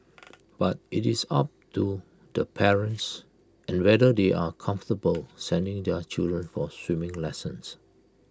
but IT is up to the parents and whether they are comfortable sending their children for swimming lessons